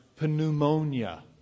pneumonia